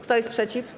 Kto jest przeciw?